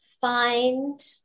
find